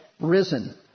risen